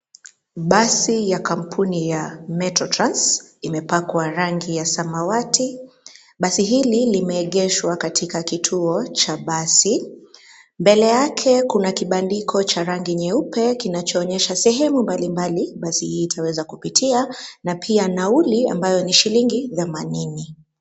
Basi ya kampuni ya Metro Trans imepakwa rangi ya samawati. Basi hili limeegeshwa katika kituo cha basi, mbele yake kuna kibandiko cha rangi nyeupe kinachoonyesha sehemu mbalimbali basi hii itaweza kupitia na pia nauli ambayo ni shilingi themanini.